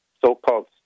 so-called